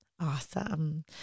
Awesome